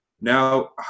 Now